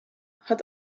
hat